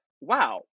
wow